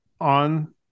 on